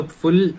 full